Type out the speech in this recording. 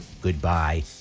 Goodbye